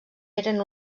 eren